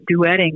duetting